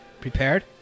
prepared